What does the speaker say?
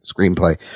screenplay